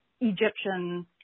Egyptian